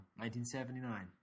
1979